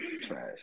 Trash